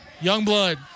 Youngblood